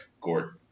Gordon